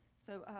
so,